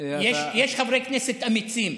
יש חברי כנסת אמיצים.